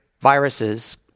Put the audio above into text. viruses